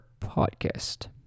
podcast